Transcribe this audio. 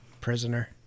prisoner